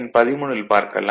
13 ல் பார்க்கலாம்